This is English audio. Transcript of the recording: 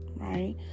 right